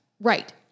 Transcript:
Right